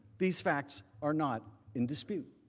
these facts are not in dispute.